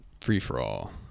free-for-all